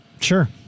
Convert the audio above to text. Sure